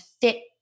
fit